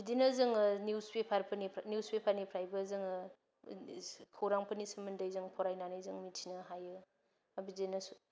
बिदिनो जोङो निउसपेपारफोरनिफ्राय निउसपेपार निफ्रायबो जोङो खौरांफोरनि सोमोन्दै जों फरायनानै जों मोनथिनो हायो बिदिनो